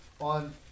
on